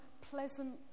pleasant